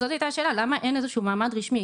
זאת הייתה השאלה, למה אין איזשהו מעמד רשמי.